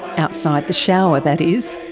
outside the shower that is.